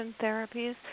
therapies